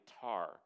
guitar